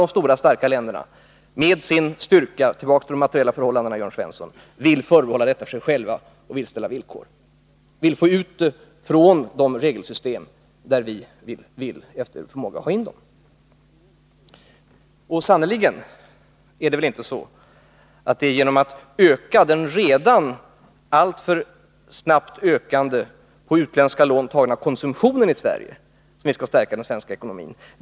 De stora starka länderna däremot vill med sin styrka — tillbaka till de materiella förhållandena, Jörn Svensson — förbehålla sig rätten att själva bestämma och ställa villkor. De vill få ut teknologin från de regelsystem där vi efter förmåga vill få in den. Det är sannerligen inte genom att höja den redan alltför snabbt ökande och på utländska lån baserade konsumtionen i Sverige som vi skall stärka den svenska ekonomin.